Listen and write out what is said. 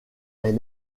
est